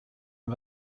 and